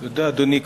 תודה, אדוני.